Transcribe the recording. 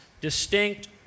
distinct